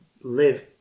live